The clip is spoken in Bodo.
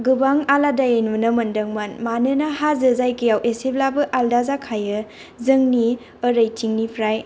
गोबां आलादायै नुनो मोन्दोंमोन मानोना हाजो जायगायाव एसेब्लाबो आलदा जाखायो जोंनि ओरैथिंनिफ्राय